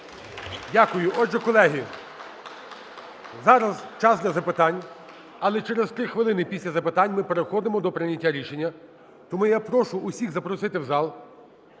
Дякую. Отже, колеги, зараз час для запитань, але через три хвилини після запитань ми переходимо до прийняття рішення. Тому я прошу всіх запросити в зал,